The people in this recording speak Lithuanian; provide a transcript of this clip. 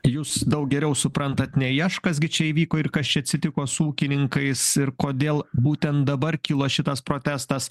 jūs daug geriau suprantat nei aš kas gi čia įvyko ir kas čia atsitiko su ūkininkais ir kodėl būtent dabar kilo šitas protestas